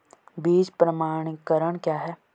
बीज प्रमाणीकरण क्या है?